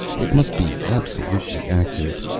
it must be absolutely accurate.